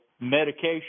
medication